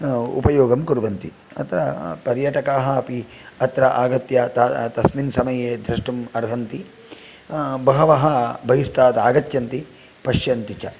उपयोगं कुर्वन्ति अत्र पर्यटकाः अपि अत्र आगत्य तस्मिन् समये द्रष्टुम् अर्हन्ति बहवः बहिस्तात् आग्च्छन्ति पश्यन्ति च